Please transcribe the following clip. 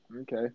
Okay